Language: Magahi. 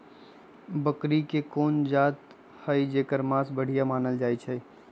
बकरी के कोन जात हई जेकर मास बढ़िया मानल जाई छई?